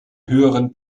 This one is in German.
höheren